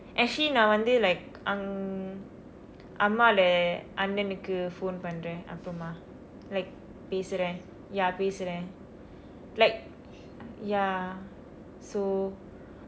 actually நான் வந்து:naan vanthu like an~ அம்மாவுடைய அண்ணனுக்கு:ammavudaya annanukku phone பன்றேன் அப்புறமா:pandraen appuramaa like பேசுறேன்:paesuraen ya பேசுறேன்:paesuraen like ya so